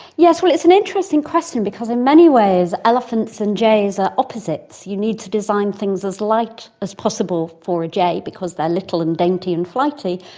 yes, it's an interesting question because in many ways elephants and jays are opposites. you need to design things as light as possible for a jay because they're little and dainty and flighty,